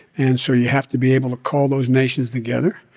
and so you have to be able to call those nations together.